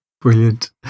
brilliant